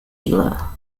dealer